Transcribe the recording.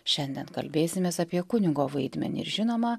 šiandien kalbėsimės apie kunigo vaidmenį ir žinoma